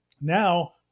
now